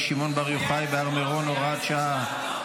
שמעון בר יוחאי בהר מירון (הוראת שעה),